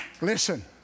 Listen